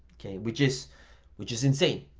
okay? which is which is insane.